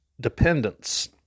dependence